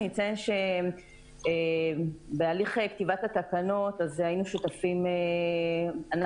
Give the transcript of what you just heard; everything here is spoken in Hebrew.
אני אציין שבהליך כתיבת התקנות היינו שותפים אנחנו,